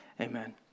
amen